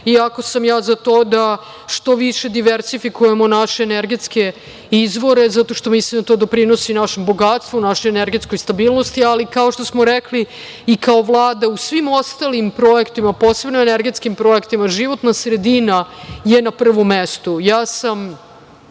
iako sam ja za to da što više diversifikujemo naše energetske izvore, zato što mislim da to doprinosi našem bogatstvu, našoj energetskoj stabilnosti, ali kao što smo rekli i kao Vlada u svim ostalim projektima, posebno energetskim projektima, životna sredina je na prvom